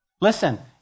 Listen